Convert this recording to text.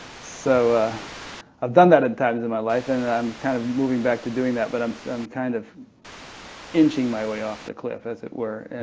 so ah i've done that at times in my life and i'm kind of moving back to doing that but so um kind of inching my way off the cliff, as it were,